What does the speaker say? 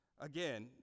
Again